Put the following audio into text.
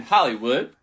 Hollywood